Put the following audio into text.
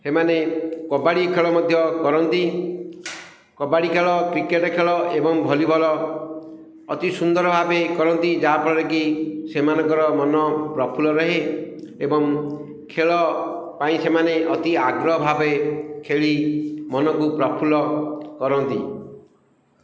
ସେମାନେ କବାଡ଼ି ଖେଳ ମଧ୍ୟ କରନ୍ତି କବାଡ଼ି ଖେଳ କ୍ରିକେଟ୍ ଖେଳ ଏବଂ ଭଲି ବଲ୍ ଅତି ସୁନ୍ଦର ଭାବେ କରନ୍ତି ଯାହାଫଳରେ କି ସେମାନଙ୍କର ମନ ପ୍ରଫୁଲ୍ଲ ରହେ ଏବଂ ଖେଳ ପାଇଁ ସେମାନେ ଅତି ଆଗ୍ରହ ଭାବେ ଖେଳି ମନକୁ ପ୍ରଫୁଲ୍ଲ କରନ୍ତି